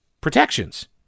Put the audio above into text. protections